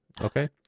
Okay